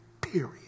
Period